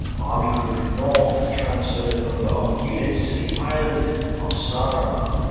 army group north transferred a number of units to the island of saaremaa,